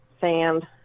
sand